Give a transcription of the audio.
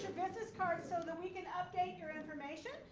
business cards so that we can update your information.